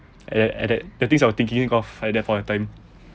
at that at that the things I was thinking of like that for a point of time